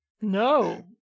no